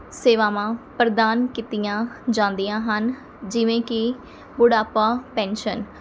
ਸੇਵਾਵਾਂ ਪ੍ਰਦਾਨ ਕੀਤੀਆਂ ਜਾਂਦੀਆਂ ਹਨ ਜਿਵੇਂ ਕਿ ਬੁਢਾਪਾ ਪੈਨਸ਼ਨ